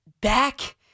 back